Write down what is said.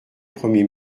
premier